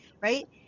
right